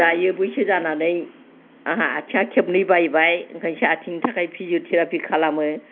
दायो बैसो जानानै आंहा आथिङा खेबनै बायबाय ओंखायनोसो आथिंनि थाखाय फिजिय'थेराफि खालामो